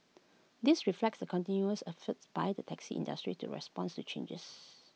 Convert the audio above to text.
this reflects the continuous efforts by the taxi industry to responds to changes